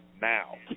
Now